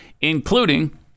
including